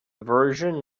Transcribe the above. version